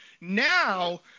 Now